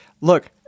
look